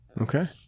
Okay